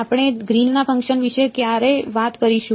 આપણે ગ્રીનના ફંકશન વિશે ક્યારે વાત કરીશું